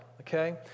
Okay